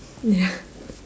ya